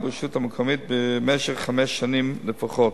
ברשות המקומית במשך חמש שנים לפחות.